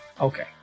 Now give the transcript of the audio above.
Okay